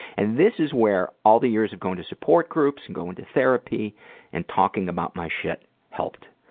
and this is where all the years of going to support groups, going to therapy and talking about my shit helped.